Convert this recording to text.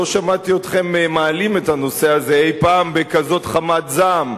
לא שמעתי אתכם מעלים את הנושא הזה אי-פעם בכזאת חמת זעם.